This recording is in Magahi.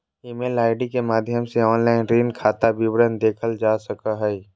ईमेल आई.डी के माध्यम से ऑनलाइन ऋण खाता विवरण देखल जा सको हय